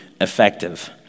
effective